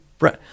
right